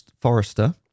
Forrester